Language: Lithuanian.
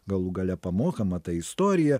galų gale pamokama ta istorija